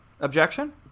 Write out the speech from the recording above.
Objection